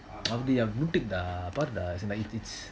அப்பிடியே வீடுகூட பாருடா:apidiya veetukuda paaruda as in like it's it's